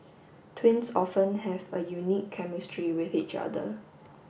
twins often have a unique chemistry with each other